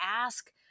ask